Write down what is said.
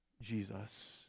Jesus